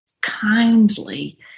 kindly